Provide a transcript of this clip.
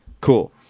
cool